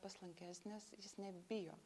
paslankesnis jis nebijo